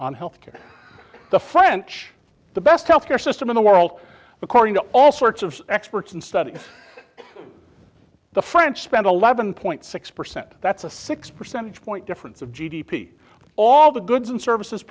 on health care the french the best health care system in the world according to all sorts of experts and studies the french spend eleven point six percent that's a six percentage point difference of g d p all the goods and services